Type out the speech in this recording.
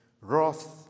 Wrath